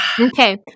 Okay